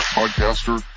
podcaster